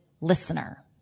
listener